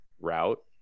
route